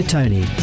Tony